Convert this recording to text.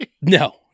No